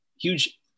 huge